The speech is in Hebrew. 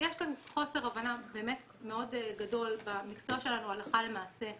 יש כאן חוסר הבנה באמת מאוד גדול במקצוע שלנו הלכה למעשה,